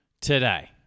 today